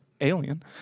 Alien